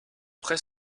prêt